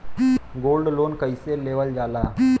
Gold loan कईसे लेवल जा ला?